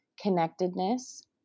connectedness